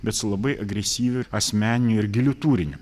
bet su labai agresyviu asmeniniu ir giliu turiniu